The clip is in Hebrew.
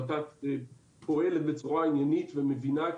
ות"ת פועלת בצורה עניינית ומבינה את